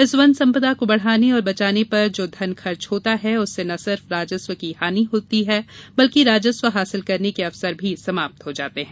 इस वन संपदा को बढ़ाने और बचाने पर जो धन खर्च होता है उससे न सिर्फ राजस्व की हानी होती है बल्कि राजस्व हासिल करने के अवसर भी समाप्त हो जाते हैं